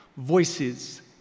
Voices